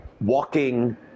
walking